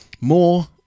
more